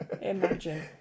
Imagine